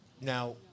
now